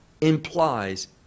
implies